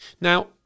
Now